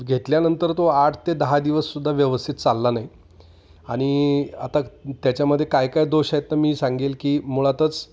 घेतल्यानंतर तो आठ ते दहा दिवससुद्धा व्यवस्थित चालला नाही आणि आता त्याच्यामध्ये काय काय दोष आहेत नां मी सांगेल की मुळातच